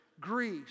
Greece